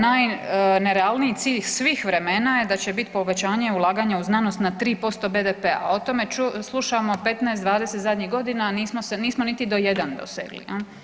Najnerealniji cilj svih vremena je da će biti povećanje ulaganja u znanost na tri posto BDP-a a o tome slušamo 15, 20 zadnjih godina a nismo niti do jedan dosegli.